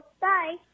bye